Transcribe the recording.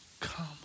Come